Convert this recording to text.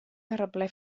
terraplè